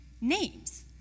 names